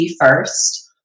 first